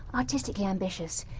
artistically ambitious!